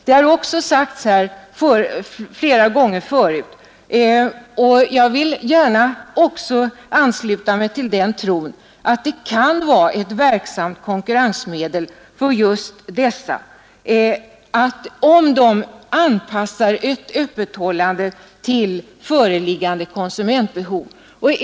Här har sagts flera gånger att man tror — och jag vill gärna ansluta mig till den tron — att det kan vara ett verksamt konkurrensmedel för just dessa att de anpassar öppethållandet till föreliggande konsumentbehov.